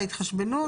בהתחשבנות?